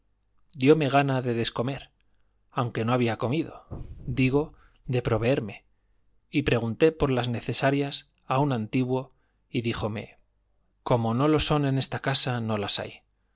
razón diome gana de descomer aunque no había comido digo de proveerme y pregunté por las necesarias a un antiguo y díjome como no lo son en esta casa no las hay